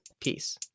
Peace